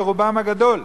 ברובם הגדול.